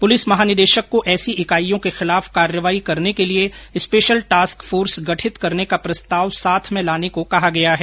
police महानिदेशक को ऐसी इकाइयों के खिलाफ कार्रवाई करने के लिए स्पेशल टास्क फोर्स गठित करने का प्रस्ताव साथ में लाने को कहा गया है